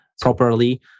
properly